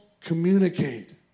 communicate